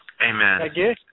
Amen